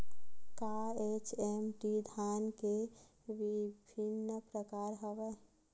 का एच.एम.टी धान के विभिन्र प्रकार हवय?